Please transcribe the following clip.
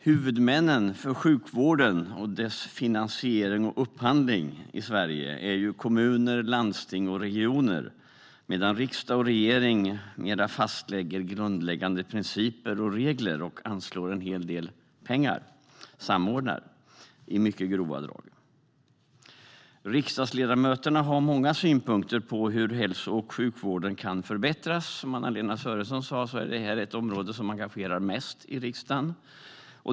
Huvudmännen för sjukvården och dess finansiering och upphandling i Sverige är kommuner, landsting och regioner, medan riksdag och regering mer fastlägger grundläggande principer och regler, anslår en hel del pengar och samordnar. I mycket grova drag är det så. Riksdagsledamöterna har många synpunkter på hur hälso och sjukvården kan förbättras. Som Anna-Lena Sörenson sa är det här ett av de områden som engagerar mest i riksdagen.